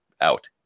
out